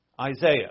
Isaiah